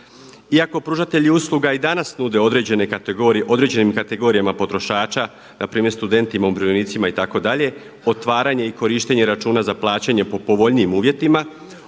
Iako pružatelji usluga i danas nude određene kategorije, određenim kategorijama potrošača, na primjer studentima, umirovljenicima itd. otvaranje i korištenje računa za plaćanje po povoljnijim uvjetima